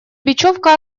бечевка